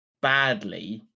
badly